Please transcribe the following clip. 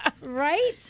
Right